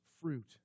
fruit